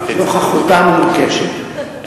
נוכחותה מורגשת.